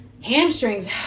hamstrings